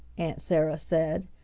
aunt sarah said,